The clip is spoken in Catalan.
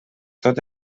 tot